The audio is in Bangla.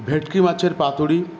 ভেটকি মাছের পাতুড়ি